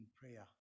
prayer